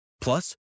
Plus